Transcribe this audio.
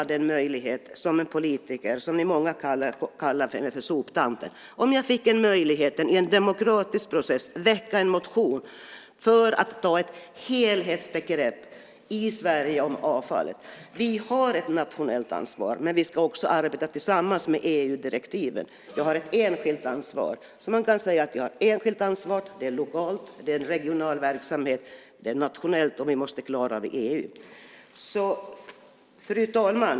Då känner jag, som många av er kallar för soptanten, att om jag som politiker har möjlighet vill jag i en demokratisk process väcka en motion för att ta ett helhetsgrepp i Sverige om avfallet. Vi har ett nationellt ansvar, men vi ska också arbeta tillsammans med EU-direktiven. Jag har ett enskilt ansvar. Man kan säga att jag har enskilt ansvar, att det är lokalt, att det är en regional verksamhet, att det är nationellt och att vi måste klara det i EU. Fru talman!